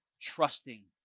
trusting